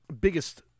biggest